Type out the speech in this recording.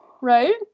Right